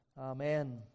Amen